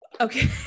Okay